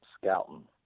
scouting